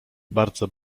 bardzo